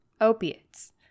opiates